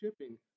shipping